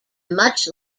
much